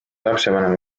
lapsevanem